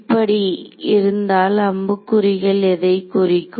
இப்படி இருந்தால் அம்புக்குறிகள் எதை குறிக்கும்